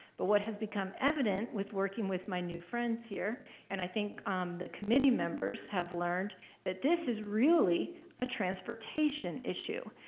but what has become evident with working with my new friends here and i think the committee members have learned that this is really a transportation issue.